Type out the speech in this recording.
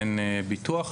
אין ביטוח,